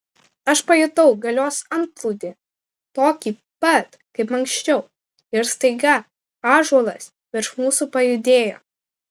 aš pajutau galios antplūdį tokį pat kaip anksčiau ir staiga ąžuolas virš mūsų pajudėjo